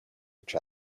each